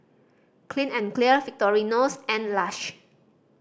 Clean and Clear Victorinox and Lush